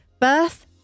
Birth